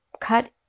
cut